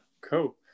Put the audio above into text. cool